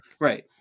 Right